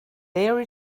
there